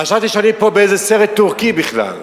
חשבתי שאני פה באיזה סרט טורקי בכלל,